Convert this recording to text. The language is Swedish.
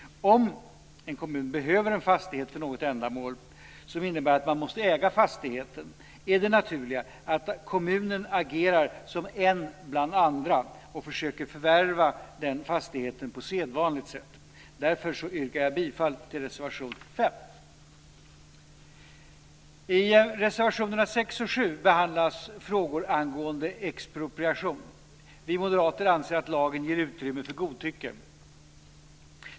Om en kommun behöver en fastighet för något ändamål som innebär att man måste äga fastigheten är det naturliga att kommunen agerar som en bland andra och försöker förvärva fastigheten på sedvanligt sätt. Därför yrkar jag bifall till reservation 5. I reservationerna 6 och 7 behandlas frågor angående expropriation. Vi moderater anser att lagen ger utrymme för godtycke.